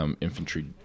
infantry